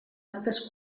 actes